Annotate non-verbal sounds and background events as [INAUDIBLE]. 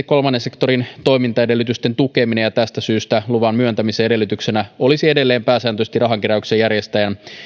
[UNINTELLIGIBLE] kolmannen sektorin toimintaedellytysten tukeminen ja tästä syystä luvan myöntämisen edellytyksenä olisi edelleen pääsääntöisesti rahankeräyksen järjestäjän